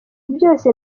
byose